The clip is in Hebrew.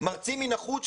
מרצים מן החוץ.